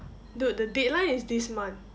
dude the deadline is this month